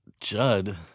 Judd